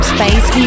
Space